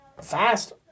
fast